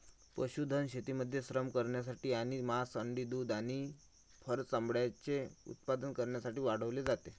पशुधन शेतीमध्ये श्रम करण्यासाठी आणि मांस, अंडी, दूध आणि फर चामड्याचे उत्पादन करण्यासाठी वाढवले जाते